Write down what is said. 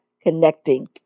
connecting